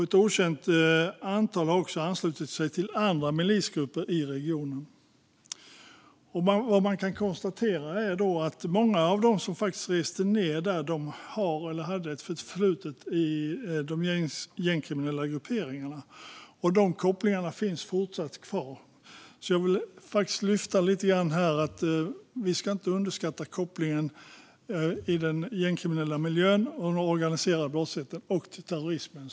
Ett okänt antal har också anslutit sig till andra milisgrupper i regionen. Man kan konstatera att många av dem som reste ned hade ett förflutet i de gängkriminella grupperingarna, kopplingar som fortfarande finns kvar. Jag vill lyfta fram att vi inte ska underskatta den gängkriminella miljöns och den organiserade brottslighetens koppling till terrorism.